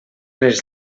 les